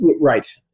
Right